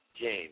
James